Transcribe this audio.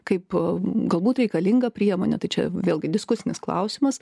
kaip galbūt reikalinga priemonė tai čia vėlgi diskusinis klausimas